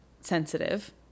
sensitive